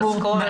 משכורת?